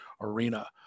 arena